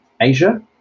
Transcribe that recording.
Asia